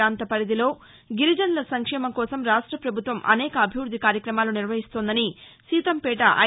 ప్రాంత పరిధిలో గిరిజనుల సంక్షేమం కోసం రాష్ట్రపభుత్వం అనేక అభివృద్దికార్యక్రమాలు నిర్వహిస్తోందని సీతంపేట ఐ